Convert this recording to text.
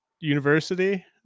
University